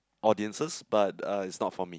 audiences but uh is not for me